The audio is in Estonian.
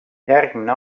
järgmine